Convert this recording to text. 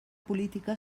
política